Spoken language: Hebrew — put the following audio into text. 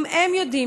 גם הם יודעים,